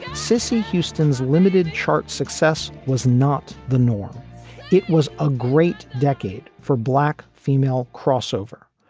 cissy houston's limited chart success was not the norm it was a great decade for black female crossover,